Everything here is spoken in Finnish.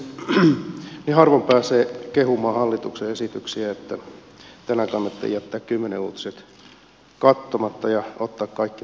niin harvoin pääsee kehumaan hallituksen esityksiä että tänään kannatti jättää kymmenen uutiset katsomatta ja ottaa kaikki tästä irti